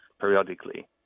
periodically